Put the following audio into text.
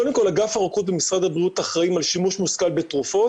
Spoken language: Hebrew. קודם כל אגף רוקחות במשרד הבריאות אחראים על שימוש מושכל בתרופות